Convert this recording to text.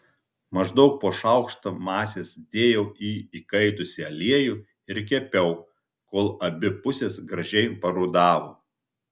maždaug po šaukštą masės dėjau į įkaitusį aliejų ir kepiau kol abi pusės gražiai parudavo